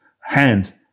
hand